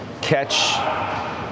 catch